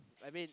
I mean